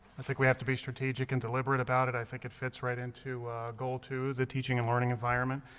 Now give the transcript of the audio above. i think we have to be strategic and deliberate about it i think it fits right into goal to the teaching and learning environment.